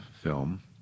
film